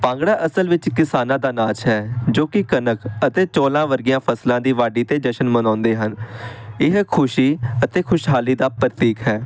ਭੰਗੜਾ ਅਸਲ ਵਿੱਚ ਕਿਸਾਨਾਂ ਦਾ ਨਾਚ ਹੈ ਜੋ ਕਿ ਕਣਕ ਅਤੇ ਚੌਲਾਂ ਵਰਗੀਆਂ ਫਸਲਾਂ ਦੀ ਵਾਢੀ ਅਤੇ ਜਸ਼ਨ ਮਨਾਉਂਦੇ ਹਨ ਇਹ ਖੁਸ਼ੀ ਅਤੇ ਖੁਸ਼ਹਾਲੀ ਦਾ ਪ੍ਰਤੀਕ ਹੈ